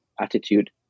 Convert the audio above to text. attitude